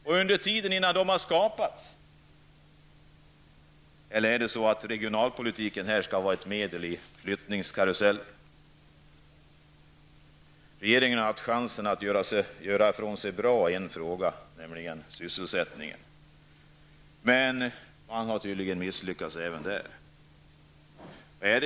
Vad händer under tiden, dvs. innan arbeten har tillskapats? Skall regionalpolitiken bara vara ett medel i flyttningskarusellen? Regeringen har haft chansen att göra bra ifrån sig i en fråga, nämligen i frågan om sysselsättning. Men man har tydligen misslyckats även där.